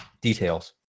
details